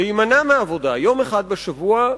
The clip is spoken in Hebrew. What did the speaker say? להימנע מעבודה יום אחד בשבוע,